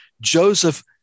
Joseph